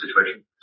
situation